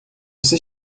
você